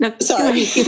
Sorry